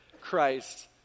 Christ